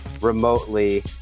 remotely